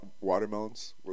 watermelons